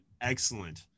excellent